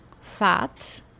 fat